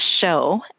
show